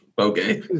Okay